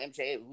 MJ